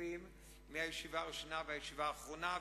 הכספים מהישיבה הראשונה ועד הישיבה האחרונה,